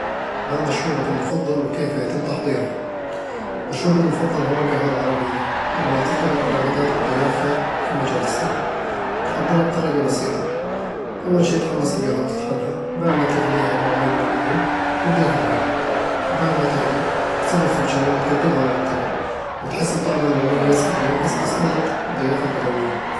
ما مشروبك المفضل، وكيف يتم تحضيره؟ مشروبي المفضل هو القهوة العربية، لأنها ترتبط بالعادات والضيافة في مجالسنا تحضرها بطريقة بسيطة، أول شي تحمص القهوة وتطحنها، وبعد ما تغليها مع مي مغلية، وتضيف الهيل وبعد ما تغلي، تصبها في فنجان وتقدمها مع التمر، وتحس بطعمها المميز اللي يعكس أصالة الضيافة البدوية